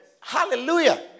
Hallelujah